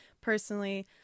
Personally